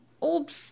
old